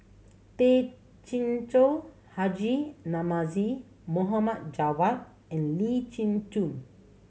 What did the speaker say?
Tay Chin Joo Haji Namazie Mohd Javad and Lee Chin Koon